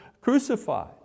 crucified